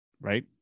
right